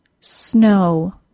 SNOW